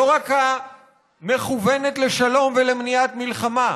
לא רק המכוונת לשלום ולמניעת מלחמה,